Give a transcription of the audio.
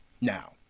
Now